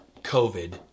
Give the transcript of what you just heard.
COVID